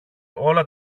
όλα